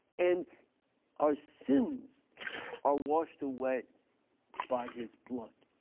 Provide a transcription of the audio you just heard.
and our sins are washed away by his blood.